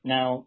Now